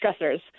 stressors